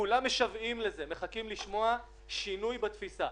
כולם משוועים לזה, מחכים לשמוע שינוי בתפיסה.